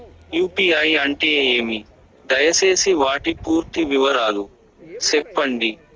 UPI అంటే ఏమి? దయసేసి వాటి పూర్తి వివరాలు సెప్పండి?